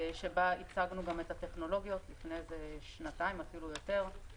בה הצגנו את הטכנולוגיות לפני שנתיים או אפילו יותר.